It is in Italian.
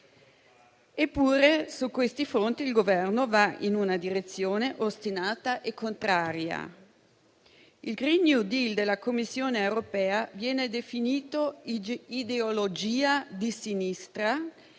Eppure, su questi fronti il Governo va in una direzione ostinata e contraria. Il *green new deal* della Commissione europea viene definito ideologia di sinistra